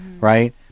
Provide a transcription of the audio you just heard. right